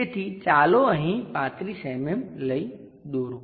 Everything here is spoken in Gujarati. તેથી ચાલો અહીં 35 mm લઈ દોરો